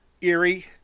Erie